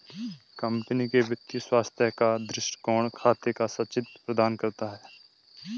company के वित्तीय स्वास्थ्य का दृष्टिकोण खातों का संचित्र प्रदान करता है